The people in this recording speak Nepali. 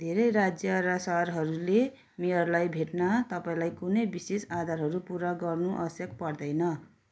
धेरै राज्य र शहरहरूले मेयरलाई भेट्न तपाईँँलाई कुनै विशेष आधारहरू पुरा गर्नु आवश्यक पर्दैन